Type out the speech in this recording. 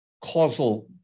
causal